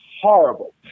horrible